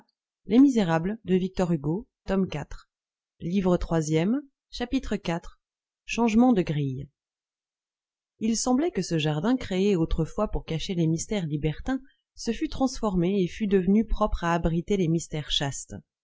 chapitre iv changement de grille il semblait que ce jardin créé autrefois pour cacher les mystères libertins se fût transformé et fût devenu propre à abriter les mystères chastes